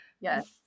Yes